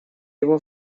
его